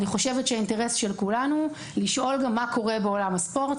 אני חושבת שהאינטרס של כולנו הוא לשאול גם מה קורה בעולם הספורט.